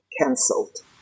cancelled